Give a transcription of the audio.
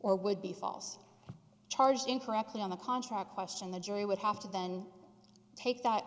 or would be false and charged incorrectly on the contract question the jury would have to then take that